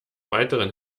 weiteren